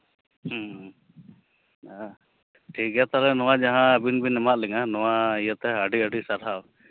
ᱦᱮᱸ ᱴᱷᱤᱠ ᱜᱮᱭᱟ ᱛᱟᱦᱚᱞᱮ ᱱᱚᱣᱟ ᱡᱟᱦᱟᱸ ᱟᱹᱵᱤᱱ ᱵᱤᱱ ᱮᱢᱟᱜ ᱞᱤᱧᱟ ᱱᱚᱣᱟ ᱤᱭᱟᱹ ᱛᱮ ᱟᱹᱰᱤ ᱟᱹᱰᱤ ᱥᱟᱨᱦᱟᱣ